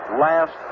last